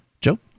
Joe